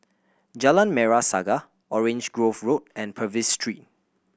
Jalan Merah Saga Orange Grove Road and Purvis Street